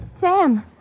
Sam